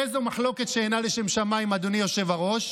איזו מחלוקת אינה לשם שמים, אדוני היושב-ראש?